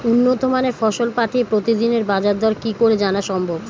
উন্নত মানের ফসল পাঠিয়ে প্রতিদিনের বাজার দর কি করে জানা সম্ভব?